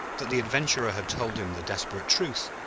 that the adventurer had told him the desperate truth,